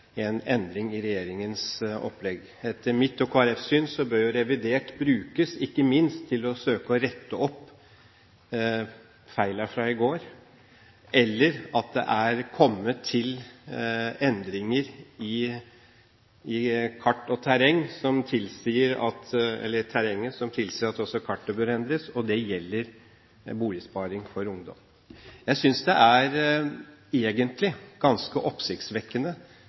en endring i regjeringens opplegg. Etter mitt og Kristelig Folkepartis syn bør revidert ikke minst brukes til å søke å rette opp «feila fra i går», eller at det er kommet til endringer i terrenget som tilsier at også kartet bør endres, og det gjelder boligsparing for ungdom. Jeg synes egentlig det er ganske oppsiktsvekkende